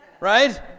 right